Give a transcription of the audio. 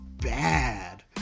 bad